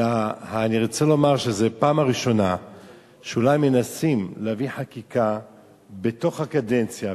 אני רוצה לומר שזו הפעם הראשונה שאולי מנסים להביא חקיקה בתוך הקדנציה,